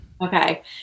okay